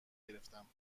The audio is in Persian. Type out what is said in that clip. گرفتم